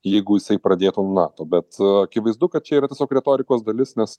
jeigu jisai pradėtų nato bet akivaizdu kad čia yra tiesiog retorikos dalis nes